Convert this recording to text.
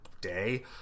day